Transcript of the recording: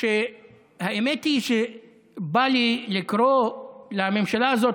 שהאמת היא שבא לי לקרוא לממשלה הזאת